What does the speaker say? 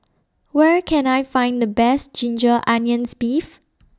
Where Can I Find The Best Ginger Onions Beef